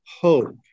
hope